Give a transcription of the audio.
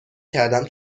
کردم